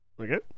Okay